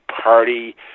party